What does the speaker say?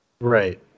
Right